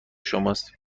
شماست